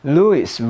Louis